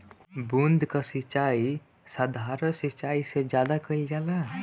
बूंद क सिचाई साधारण सिचाई से ज्यादा कईल जाला